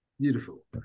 Beautiful